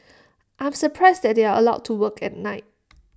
I'm surprised that they are allowed to work at night